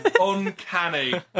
Uncanny